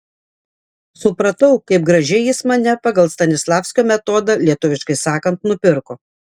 supratau kaip gražiai jis mane pagal stanislavskio metodą lietuviškai sakant nupirko